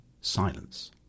silence